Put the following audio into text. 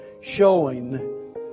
showing